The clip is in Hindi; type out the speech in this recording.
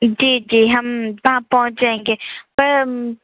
जी जी हम वहाँ पहुँच जाएँगे पर